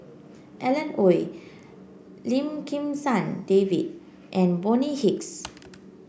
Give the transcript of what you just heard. Alan Oei Lim Kim San David and Bonny Hicks